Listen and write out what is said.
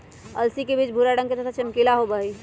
अलसी के बीज भूरा रंग के तथा चमकीला होबा हई